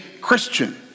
Christian